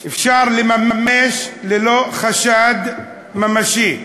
אפשר למשש ללא חשד ממשי,